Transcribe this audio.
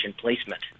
placement